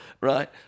right